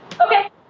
Okay